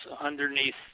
underneath